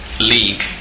league